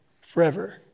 forever